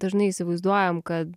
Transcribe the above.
dažnai įsivaizduojam kad